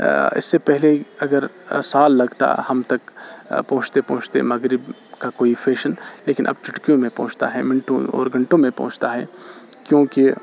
اس سے پہلے اگر سال لگتا ہم تک پہنچتے پہنچتے مغرب کا کوئی فیشن لیکن اب چٹکیوں میں پہنچتا ہے منٹوں اور گھنٹوں میں پہنچتا ہے کیونکہ